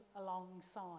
alongside